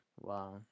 Wow